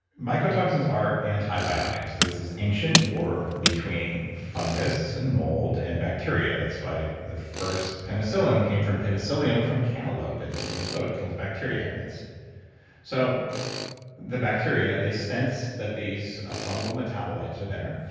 mycotoxins are antibiotics. there's this ancient war between fungus and mold and bacteria. that's why the first penicillin came from penicillium from cantaloupe and they noticed it kills bacteria. and so the bacteria, they sense that these fungal metabolites are there,